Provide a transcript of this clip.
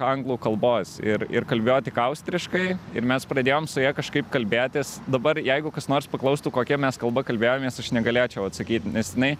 anglų kalbos ir ir kalbėjo tik austriškai ir mes pradėjom su ja kažkaip kalbėtis dabar jeigu kas nors paklaustų kokia mes kalba kalbėjomės aš negalėčiau atsakyti nes jinai